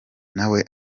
nawe